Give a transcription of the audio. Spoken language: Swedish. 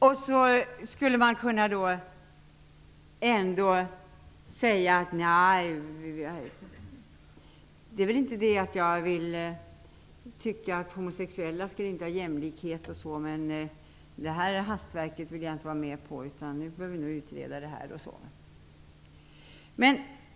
Man skulle kunna säga att man inte tycker att homosexuella inte skall ha jämlikhet men att man inte vill vara med på hastverket innan frågan har utretts vidare.